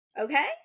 okay